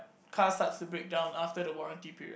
cars start to break down after the warranty period